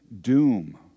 doom